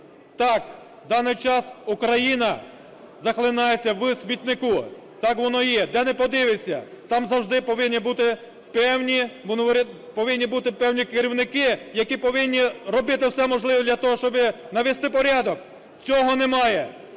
Так, в даний час Україна захлинається в смітнику, так воно і є. Де не подивишся, там завжди повинні бути певні керівники, які повинні робити все можливе для того, щоби навести порядок, цього немає.